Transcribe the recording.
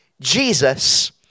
Jesus